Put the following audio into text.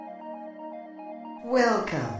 Welcome